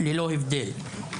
ללא הבדל.